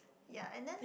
ya and then